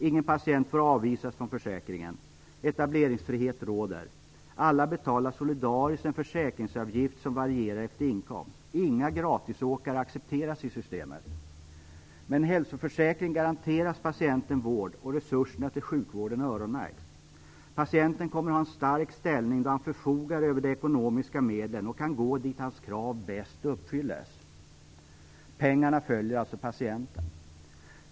Ingen patient får avvisas från försäkringen. Etableringsfrihet råder. Alla betalar solidariskt en försäkringsavgift som varierar efter inkomst. Inga gratisåkare accepteras i systemet. Med en hälsoförsäkring garanteras patienten vård, och resurserna till sjukvården öronmärks. Patienten kommer att ha en stark ställning, då han förfogar över de ekonomiska medlen och kan gå dit där hans krav bäst uppfylls. Pengarna följer alltså patienten.